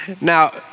Now